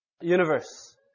universe